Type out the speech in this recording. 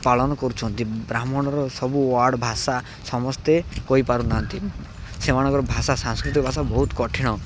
ପାଳନ କରୁଛନ୍ତି ବ୍ରାହ୍ମଣର ସବୁ ୱାର୍ଡ଼ ଭାଷା ସମସ୍ତେ କହିପାରୁନାହାନ୍ତି ସେମାନଙ୍କର ଭାଷା ସାଂସ୍କୃତିକ ଭାଷା ବହୁତ କଠିନ